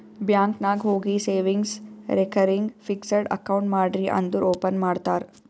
bank ನಾಗ್ ಹೋಗಿ savings, recurring, fixed account ಮಾಡ್ರಿ ಅಂದುರ್ ಓಪನ್ ಮಾಡ್ತಾರ್